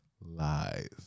Lies